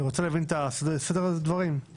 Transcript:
כי